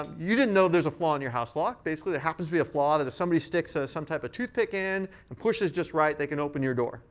um you didn't know there's a flaw in your house lock. basically, there happens to be a flaw that if somebody sticks ah some type of toothpick and pushes just right, they can open your door.